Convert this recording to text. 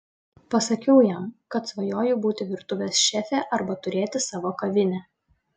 pasakiau jam kad svajoju būti virtuvės šefė arba turėti savo kavinę